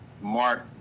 Mark